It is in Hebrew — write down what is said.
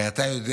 הרי אתה יודע,